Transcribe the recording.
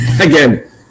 again